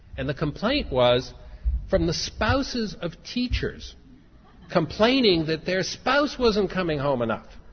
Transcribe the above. and the complaint was from the spouses of teachers complaining that their spouse wasn't coming home enough.